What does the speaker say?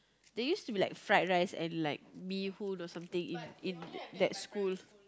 there used to be like fried rice and like bee-hoon or something in in that school